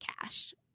Cash